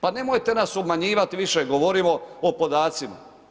Pa nemojte nas obmanjivat više, govorimo o podacima.